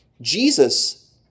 Jesus